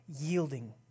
yielding